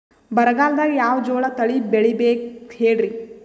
ಬರಗಾಲದಾಗ್ ಯಾವ ಜೋಳ ತಳಿ ಬೆಳಿಬೇಕ ಹೇಳ್ರಿ?